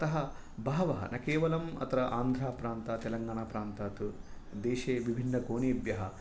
अतः बहवः न केवलम् अत्र आन्ध्राप्रान्त तेलङ्गानाप्रान्तात् देशे विभिन्नकोनेभ्यः